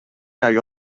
kaj